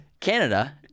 Canada